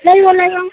ꯂꯩꯌꯣ ꯂꯩꯌꯣ